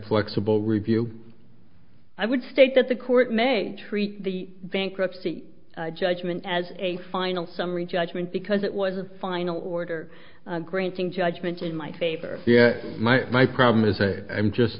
flexible review i would state that the court may treat the bankruptcy judgment as a final summary judgment because it was a final order granting judgment in my favor my my problem is a i'm just